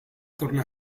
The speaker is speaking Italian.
torna